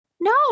No